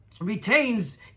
retains